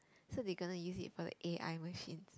so they gonna use it got the a_i machine